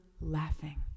laughing